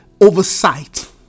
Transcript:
oversight